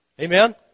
Amen